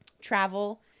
travel